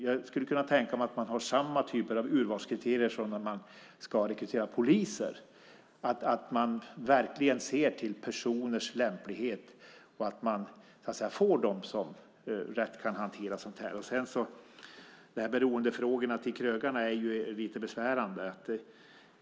Jag skulle kunna tänka mig samma typer av urvalskriterier som när man rekryterar poliser. Man ska verkligen se till personers lämplighet så att man får dem som rätt kan hantera sådant här. Beroendefrågorna till krögarna är lite besvärande.